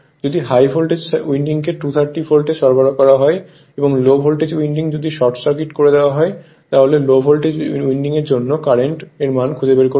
যদি high voltage winding কে 230 volt এ সরবরাহ করা হয় এবং লো ভোল্টেজ উইন্ডিং যদি শর্ট সার্কিট করে দেওয়ার হয় তাহলে লো ভোল্টেজ উইন্ডিং এর জন্য কারেন্টের মান খুঁজে বের করুন